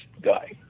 guy